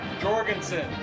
Jorgensen